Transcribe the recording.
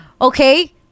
okay